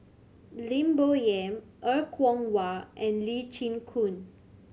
Lim Bo Yam Er Kwong Wah and Lee Chin Koon